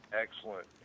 Excellent